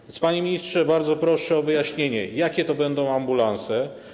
A więc, panie ministrze, bardzo proszę o wyjaśnienie: Jakie to będą ambulanse?